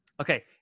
Okay